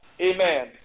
Amen